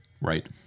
Right